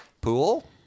pool